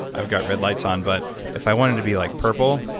i've got red lights on, but if i want it to be like purple,